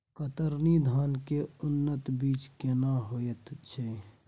कतरनी धान के उन्नत बीज केना होयत छै?